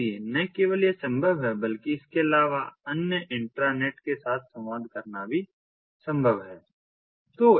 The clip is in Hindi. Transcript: इसलिए न केवल यह संभव है बल्कि इसके अलावा अन्य इंट्रानेट के साथ संवाद करना भी संभव है